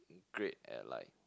great at like